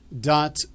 dot